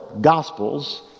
gospels